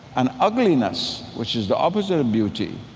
and ugliness, which is the opposite of beauty,